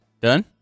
Done